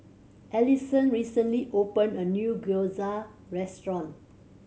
Allisson recently opened a new Gyoza Restaurant